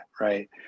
right